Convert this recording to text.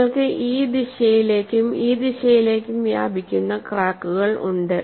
നിങ്ങൾക്ക് ഈ ദിശയിലേക്കും ഈ ദിശയിലേക്കും വ്യാപിക്കുന്ന ക്രാക്കുകൾ ഉണ്ട്